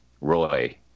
Roy